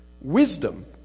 wisdom